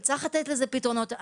וצריך לתת לזה פתרונות.